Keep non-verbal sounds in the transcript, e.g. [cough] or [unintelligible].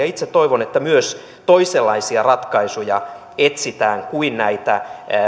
[unintelligible] itse toivon että myös toisenlaisia ratkaisuja etsitään kuin näitä